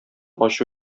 ачу